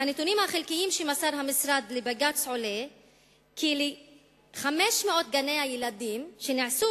מהנתונים החלקיים שמסר המשרד לבג"ץ עולה של-500 גני-הילדים שנעשו